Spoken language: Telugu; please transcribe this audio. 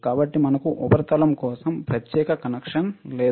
కాబట్టి మానకు ఉపరితలం కోసం ప్రత్యేక కనెక్షన్ లేదు